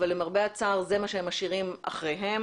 אבל למרבה הצער זה מה שהם משאירים אחריהם.